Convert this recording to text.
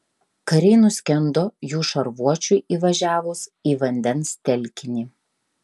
kariai nuskendo jų šarvuočiui įvažiavus į vandens telkinį